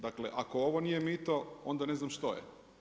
Dakle, ako ovo nije mito, onda ne znam što je.